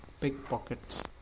pickpockets